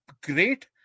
great